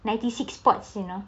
ninety six pods you know